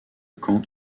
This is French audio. camp